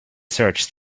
search